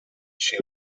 she